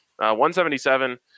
177